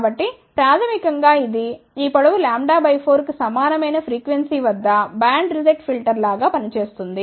కాబట్టి ప్రాథమికం గా ఇది ఈ పొడవు λ 4 కు సమానమైన ఫ్రీక్వెన్సీ వద్ద బ్యాండ్ రిజెక్ట్ ఫిల్టర్గా పని చేస్తుంది